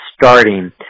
starting